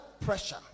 pressure